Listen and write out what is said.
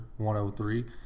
103